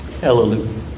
Hallelujah